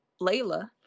Layla